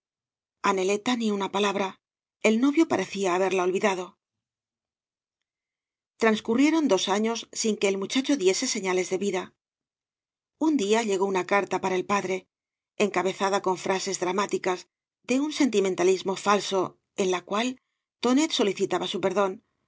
a neleta ni una palabra el novio parecía haberla olvidado transcurrieron dos años sin que el muchacho diese señales de vida un día llegó una carta para el padre encabezada con frases dramáticas de un sentimentalismo falso en la cual tonet solicitaba su perdón